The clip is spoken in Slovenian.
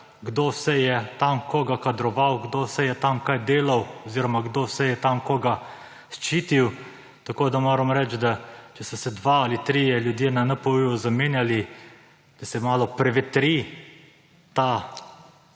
kdo vse je tam koga kadroval, kdo vse je tam kaj delal oziroma kdo vse je tam koga ščitil. Tako moram reči, da če so se dva ali trije ljudje na NPU zamenjali, da se malo prevetri ta